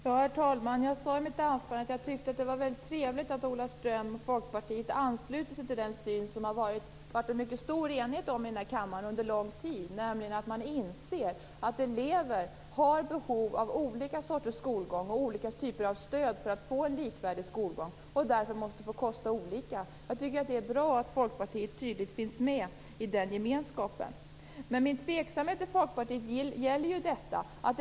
Herr talman! Jag sade i mitt anförande att jag tycker att det är trevligt att Ola Ström och Folkpartiet ansluter sig till den syn som det under lång tid har varit mycket stor enighet om här i kammaren. Den innebär att man inser att elever, för att få en likvärdig skolgång, har behov av olika sorters skolgång och olika typer av stöd och därför måste få kosta olika mycket. Jag tycker att det är bra att Folkpartiet tydligt finns med i den gemenskapen. Min tveksamhet till Folkpartiet gäller något annat.